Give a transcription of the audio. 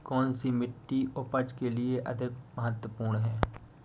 कौन सी मिट्टी उपज के लिए अधिक महत्वपूर्ण है?